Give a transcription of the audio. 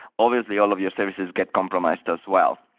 obviously, all of your services get compromised as well.